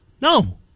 No